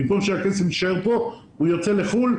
במקום שהכסף יישאר כאן, הוא יוצא לחוץ לארץ.